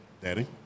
Daddy